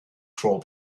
troll